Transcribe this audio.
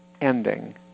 ending